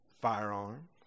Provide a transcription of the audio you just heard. firearm